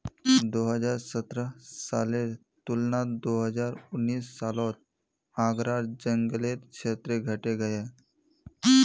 दो हज़ार सतरह सालेर तुलनात दो हज़ार उन्नीस सालोत आग्रार जन्ग्लेर क्षेत्र घटे गहिये